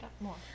more